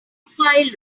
file